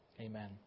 amen